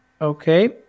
Okay